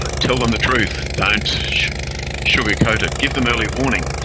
um tell them the truth. don't sugarcoat it. give them early warning.